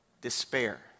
despair